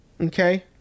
Okay